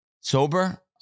sober